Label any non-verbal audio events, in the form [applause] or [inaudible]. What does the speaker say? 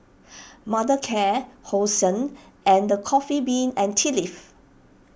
[noise] Mothercare Hosen and the Coffee Bean and Tea Leaf